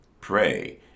Pray